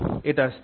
এটি স্থির